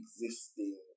existing